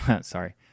sorry